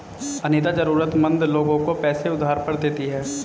अनीता जरूरतमंद लोगों को पैसे उधार पर देती है